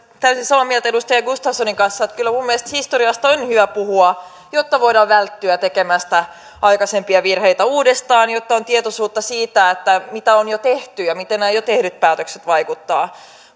täysin samaa mieltä edustaja gustafssoin kanssa kyllä minun mielestäni historiasta on hyvä puhua jotta voidaan välttyä tekemästä aikaisempia virheitä uudestaan jotta on tietoisuutta siitä mitä on jo tehty ja miten nämä jo tehdyt päätökset vaikuttavat